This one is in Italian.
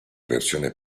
versione